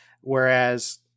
Whereas